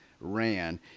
ran